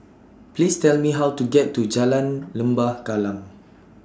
Please Tell Me How to get to Jalan Lembah Kallang